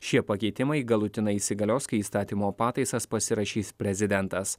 šie pakeitimai galutinai įsigalios kai įstatymo pataisas pasirašys prezidentas